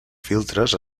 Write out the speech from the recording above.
filtres